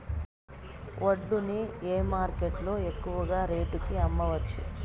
వడ్లు ని ఏ మార్కెట్ లో ఎక్కువగా రేటు కి అమ్మవచ్చు?